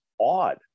odd